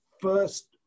first